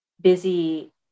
busy